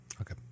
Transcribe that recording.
Okay